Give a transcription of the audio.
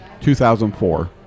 2004